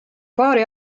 paari